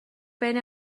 بین